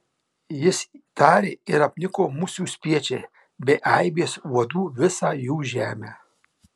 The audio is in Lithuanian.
jis tarė ir apniko musių spiečiai bei aibės uodų visą jų žemę